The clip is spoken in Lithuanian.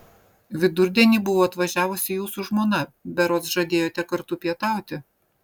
vidurdienį buvo atvažiavusi jūsų žmona berods žadėjote kartu pietauti